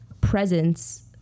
presence